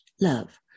love